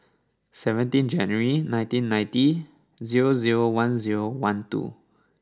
seventeen January nineteen ninety zero zero one zero one two